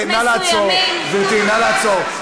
גברתי, נא לעצור.